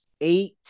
eight